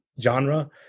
genre